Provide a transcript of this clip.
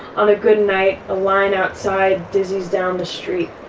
on a good night, a line outside dizzies down the street.